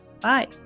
Bye